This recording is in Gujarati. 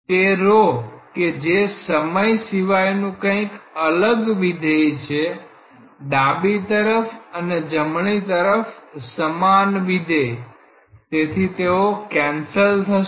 તે ρ કે જે સમય સિવાયનું કઈક અલગ વિધેય છે ડાબી તરફ અને જમણી તરફ સમાન વિધેય તેથી તેઓ કેન્સલ થશે